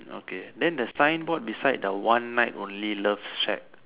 okay then the sign board beside the one night only love shack